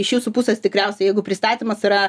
iš jūsų pusės tikriausiai jeigu pristatymas yra